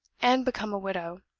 and become a widow,